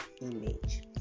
image